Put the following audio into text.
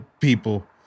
people